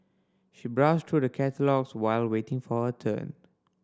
she browsed through the catalogues while waiting for her turn